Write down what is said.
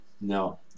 No